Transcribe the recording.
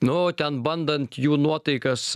nu ten bandant jų nuotaikas